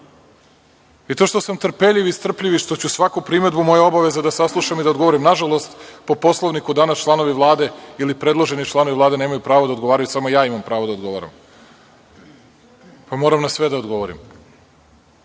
I to što sam trpeljiv i strpljiv i što ću svaku primedbu, moja je obaveza da saslušam i da odgovorim, nažalost po Poslovniku danas članovi Vlade ili predloženi članovi Vlade nemaju pravo da odgovaraju, samo ja imam pravo da odgovaram, pa moram na sve da odgovorim. Kažete